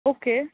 okay